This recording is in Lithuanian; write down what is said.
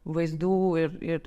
vaizdų ir ir